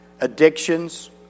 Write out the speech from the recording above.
addictions